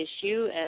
issue